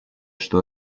что